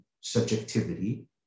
subjectivity